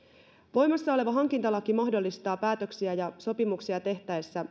voimassa oleva hankintalaki mahdollistaa sosiaaliset kriteerit päätöksiä ja sopimuksia tehtäessä